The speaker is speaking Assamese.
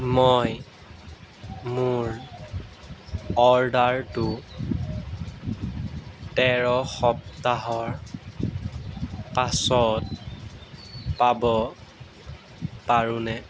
মই মোৰ অৰ্ডাৰটো তেৰ সপ্তাহৰ পাছত পাব পাৰোঁনে